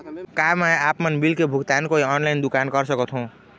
का मैं आपमन बिल के भुगतान कोई ऑनलाइन दुकान कर सकथों?